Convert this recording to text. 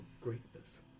greatness